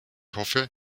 hoffe